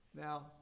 Now